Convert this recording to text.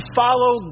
follow